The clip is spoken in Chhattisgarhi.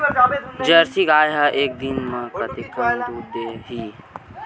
जर्सी गाय ह एक दिन म कतेकन दूध देत होही?